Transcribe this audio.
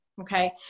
Okay